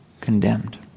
condemned